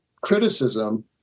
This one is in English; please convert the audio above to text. criticism